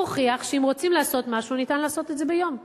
הוא הוכיח שאם רוצים לעשות משהו ניתן לעשות את זה ביום אחד.